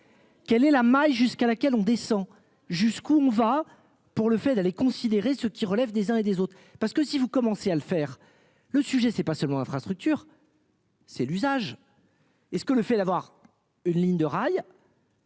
Quelle est la maille jusqu'à laquelle on descend jusqu'où on va pour le fait de les considérer ce qui relève des uns et des autres, parce que si vous commencez à le faire. Le sujet c'est pas seulement infrastructures. C'est l'usage. Est-ce que le fait d'avoir une ligne de rails.